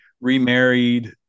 remarried